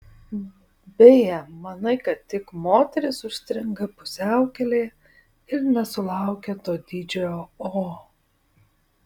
beje manai kad tik moterys užstringa pusiaukelėje ir nesulaukia to didžiojo o